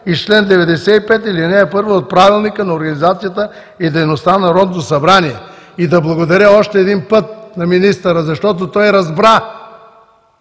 и чл. 95, ал. 1 от Правилника за организацията и дейността на Народното събрание. Искам да благодаря още един път на министъра, защото той разбра